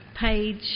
page